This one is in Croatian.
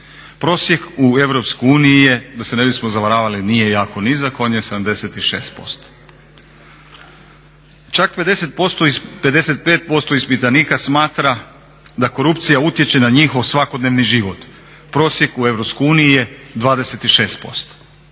nizak, on je 76%. Čak 55% ispitanika smatra da korupcija utječe na njihov svakodnevni život. Prosjek u EU je 26%,